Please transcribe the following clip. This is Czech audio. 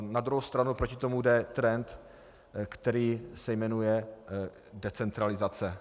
Na druhou stranu proti tomu jde trend, který se jmenuje decentralizace.